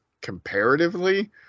comparatively